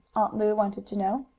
aunt lu wanted to know.